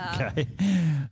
Okay